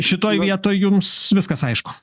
šitoj vietoj jums viskas aišku